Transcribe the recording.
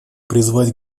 призвать